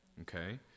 okay